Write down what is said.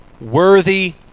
worthy